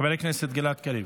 חבר הכנסת גלעד קריב,